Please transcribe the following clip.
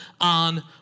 on